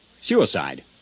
Suicide